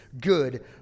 good